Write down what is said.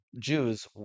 Jews